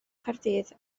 caerdydd